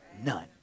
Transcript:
None